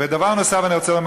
ודבר נוסף אני רוצה לומר,